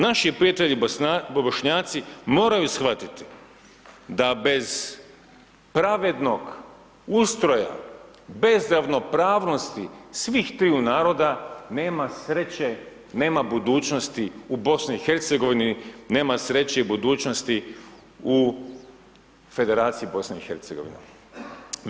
Naši prijatelji Bošnjaci moraju shvatiti da bez pravednog ustroja, bez ravnopravnosti svih triju naroda, nema sreće, nema budućnosti u BiH-u, nema sreće i budućnosti u Federaciji BiH-a.